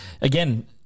Again